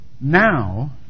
now